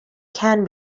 can